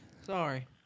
Sorry